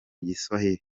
igiswahili